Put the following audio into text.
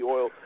Oil